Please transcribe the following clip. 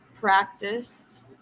practiced